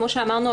כמו שאמרנו,